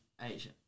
Asia